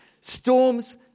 Storms